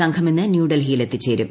സംഘം ഇന്ന് ന്യൂഡൽഹിയിൽ എത്തിച്ചേരും